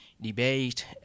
debate